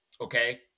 Okay